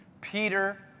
Peter